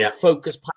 Focus